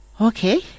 Okay